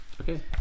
Okay